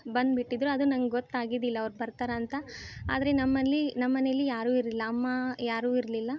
ಬಂದು ಬಿಟ್ಟಿದ್ದರು ಅದು ನಂಗೆ ಗೊತ್ತಾಗಿದ್ದಿಲ್ಲ ಅವ್ರು ಬರ್ತಾರೆ ಅಂತ ಆದರೆ ನಮ್ಮಲ್ಲಿ ನಮ್ಮ ಮನೇಲಿ ಯಾರು ಇರಲ್ಲ ಅಮ್ಮ ಯಾರು ಇರಲಿಲ್ಲ